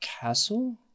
castle